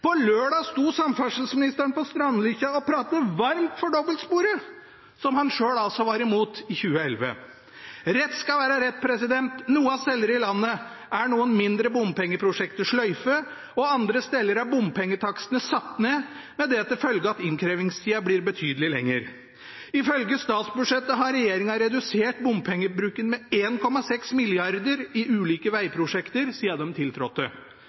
På lørdag sto samferdselsministeren på Strandlykkja og pratet varmt for dobbeltsporet som han sjøl altså var imot i 2011. Rett skal være rett: Noen steder i landet er noen mindre bompengeprosjekter sløyfet, og andre steder er bompengetakstene satt ned, med det til følge at innkrevingstida blir betydelig lengre. Ifølge statsbudsjettet har regjeringen redusert bompengebruken med 1,6 mrd. kr i ulike vegprosjekter siden de tiltrådte.